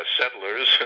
settlers